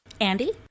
Andy